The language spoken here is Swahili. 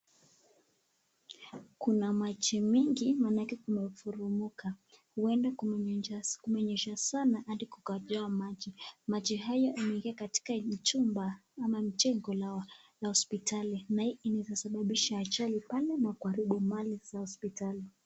Kuna maji mingi maneke imeporomoka, uwenda kumenyesha sana hadi kukajaa maji, maji haya yamengia katika hii chumba ama jengo la hospitali na hii inaeza sababisha ajali na kuaribu mali za hospitali.